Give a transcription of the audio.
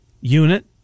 Unit